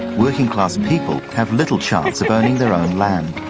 working class people have little chance of owning their own land.